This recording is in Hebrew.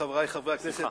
חברי חברי הכנסת,